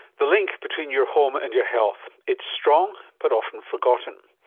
the link between your home and your health. it's strong but often forgotten.